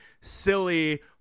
silly